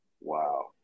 Wow